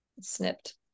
snipped